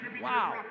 Wow